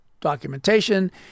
documentation